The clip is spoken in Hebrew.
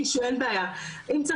אבל הנה אני באנגלית,